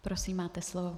Prosím, máte slovo.